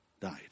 died